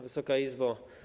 Wysoka Izbo!